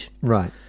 Right